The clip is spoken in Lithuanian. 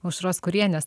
aušros kurienės